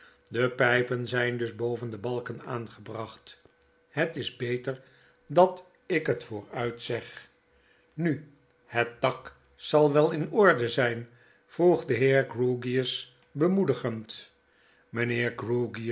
de pjjpen zgn dus boven de balken aangebracht het is beter dat ik het vooruit zeg nu het dak zal wel in orde zgn vroeg de heer grewgious bemoedigend